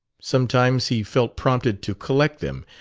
sometimes he felt prompted to collect them,